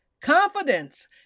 Confidence